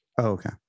Okay